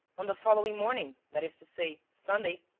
on the following morning, that is to say, sunday,